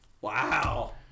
Wow